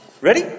Ready